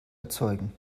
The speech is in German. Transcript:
erzeugen